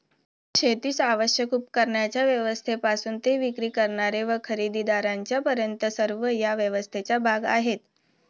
शेतीस आवश्यक उपकरणांच्या व्यवस्थेपासून ते विक्री करणारे व खरेदीदारांपर्यंत सर्व या व्यवस्थेचा भाग आहेत